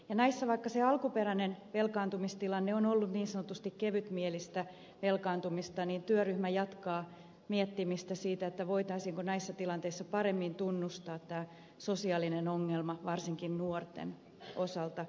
vaikka näissä se alkuperäinen velkaantumistilanne on ollut niin sanotusti kevytmielistä velkaantumista niin työryhmä jatkaa miettimistä siitä voitaisiinko näissä tilanteissa paremmin tunnustaa tämä sosiaalinen ongelma varsinkin nuorten osalta